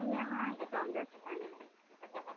हम यहाँ इटौन्जा से जाएंगे